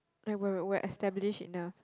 and when we're we're established enough